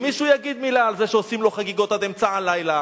אם מישהו יגיד מלה על זה שעושים לו חגיגות עד אמצע הלילה,